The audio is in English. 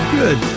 good